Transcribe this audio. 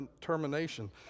termination